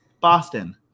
Boston